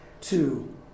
Two